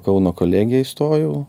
kauno kolegiją įstojau